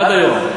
עד היום.